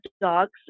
dogs